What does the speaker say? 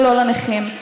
ולא לנכים,